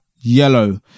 yellow